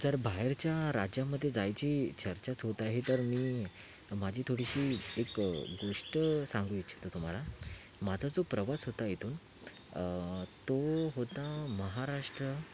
जर बाहेरच्या राज्यामध्ये जायची चर्चाच होत आहे तर मी माझी थोडीशी एक गोष्ट सांगू इच्छितो तुम्हाला माझा जो प्रवास होता इथून तो होता महाराष्ट्र